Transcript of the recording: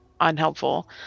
unhelpful